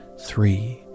three